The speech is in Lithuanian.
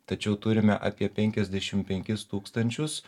tačiau turime apie penkiasdešimt penkis tūkstančius